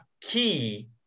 key